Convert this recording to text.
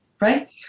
right